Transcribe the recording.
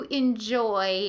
enjoy